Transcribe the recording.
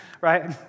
right